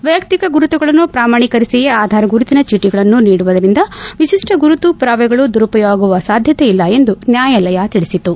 ವೈಯಕ್ತಿಕ ಗುರುತುಗಳನ್ನು ಪ್ರಮಾಣಿಕರಿಸಿಯೇ ಆಧಾರ್ ಗುರುತಿನ ಚೀಟಗಳನ್ನು ನೀಡುವುದರಿಂದ ವಿಶಿಷ್ಟ ಗುರುತು ಪುರಾವೆಗಳು ದುರುಪಯೋಗವಾಗುವ ಸಾಧ್ಯತೆ ಇಲ್ಲ ಎಂದು ನ್ಯಾಯಾಲಯ ತಿಳಿಸಿತು